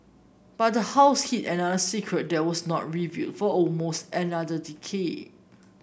but the house hid another secret that was not revealed for almost another decade